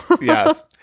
Yes